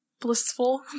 Blissful